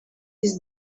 his